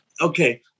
okay